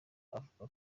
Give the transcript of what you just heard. avuga